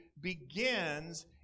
begins